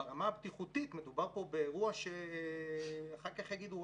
וברמה הבטיחותית מדובר פה באירוע שאחר כך יגידו,